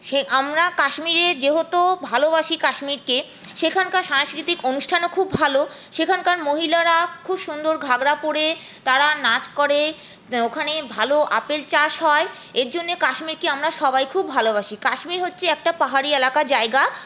সে আমরা কাশ্মীরে যেহেতো ভালোবাসি কাশ্মীরকে সেখানকার সাংস্কৃতিক অনুষ্ঠানও খুব ভালো সেখানকার মহিলারা খুব সুন্দর ঘাগরা পরে তারা নাচ করে ওখানে ভালো আপেল চাষ হয় এরজন্য কাশ্মীরকে আমরা সবাই খুব ভালোবাসি কাশ্মীর হচ্ছে একটা পাহাড়ি এলাকা জায়গা